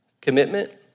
commitment